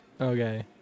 okay